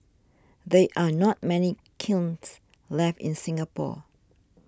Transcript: there are not many kilns left in Singapore